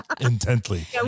intently